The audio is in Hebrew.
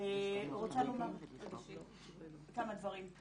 רוצה לומר כמה דברים.